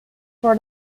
for